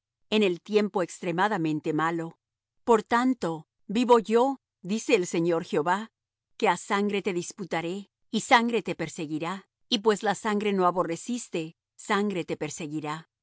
en el tiempo extremadamente malo por tanto vivo yo dice el señor jehová que á sangre te diputaré y sangre te perseguirá y pues la sangre no aborreciste sangre te perseguirá